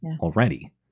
already